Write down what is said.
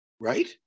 right